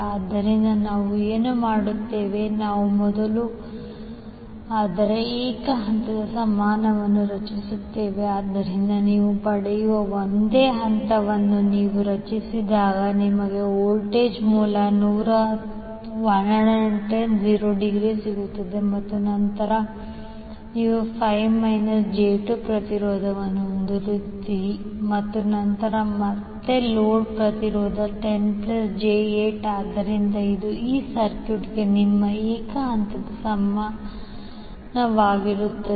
ಆದ್ದರಿಂದ ನಾವು ಏನು ಮಾಡುತ್ತೇವೆ ನಾವು ಮೊದಲು ಅದರ ಏಕ ಹಂತದ ಸಮಾನವನ್ನು ರಚಿಸುತ್ತೇವೆ ಆದ್ದರಿಂದ ನೀವು ಪಡೆಯುವ ಒಂದೇ ಹಂತವನ್ನು ನೀವು ರಚಿಸಿದಾಗ ನಿಮಗೆ ವೋಲ್ಟೇಜ್ ಮೂಲ 110∠0 ಸಿಗುತ್ತದೆ ಮತ್ತು ನಂತರ ನೀವು 5 j 2 ಪ್ರತಿರೋಧವನ್ನು ಹೊಂದಿರುತ್ತೀರಿ ಮತ್ತು ನಂತರ ಮತ್ತೆ ಲೋಡ್ ಪ್ರತಿರೋಧ 10 j8 ಆದ್ದರಿಂದ ಇದು ಈ ಸರ್ಕ್ಯೂಟ್ಗೆ ನಿಮ್ಮ ಏಕ ಹಂತದ ಸಮಾನವಾಗಿರುತ್ತದೆ